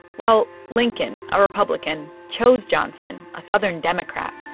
well, lincoln, a republican, chose johnson, a southern democrat,